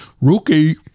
Rookie